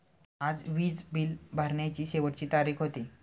आज वीज बिल भरण्याची शेवटची तारीख होती